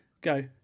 Go